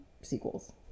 sequels